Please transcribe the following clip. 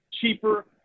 cheaper